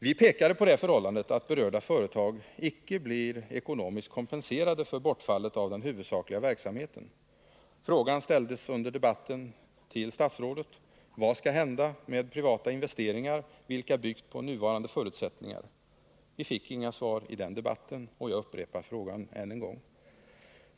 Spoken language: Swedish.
Vi pekade på det förhållandet att berörda företag icke blir ekonomiskt kompenserade för bortfallet av den huvudsakliga verksamheten. Frågan ställdes under debatten till statsrådet: Vad skall hända med privata investeringar, vilka byggt på nuvarande förutsättningar? Vi fick inget svar i den debatten, och jag upprepar frågan.